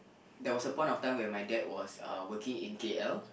there was a point of time when my dad was uh working in K_L